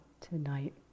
tonight